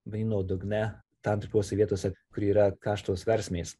vanyno dugne tam tikrose vietose kur yra karštos versmės